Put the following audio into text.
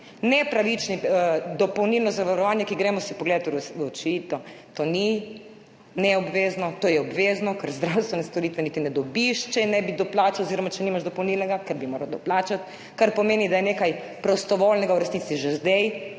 nepravično dopolnilno zavarovanje, za katerega si poglejmo v oči, to ni neobvezno, to je obvezno, ker zdravstvene storitve niti ne dobiš, če je ne bi doplačal oziroma če nimaš dopolnilnega [zavarovanja], ker bi moral doplačati, kar pomeni, daje nekaj prostovoljnega v resnici že zdaj